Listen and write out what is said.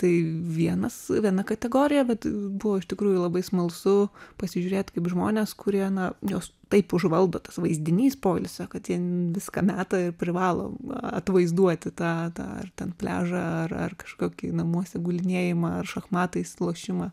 tai vienas viena kategorija bet buvo iš tikrųjų labai smalsu pasižiūrėt kaip žmonės kurie na juos jos taip užvaldo tas vaizdinys poilsio kad jie viską meta ir privalo atvaizduoti tą tą ar ten pliažą ar kažkokį namuose gulinėjimą ar šachmatais lošimą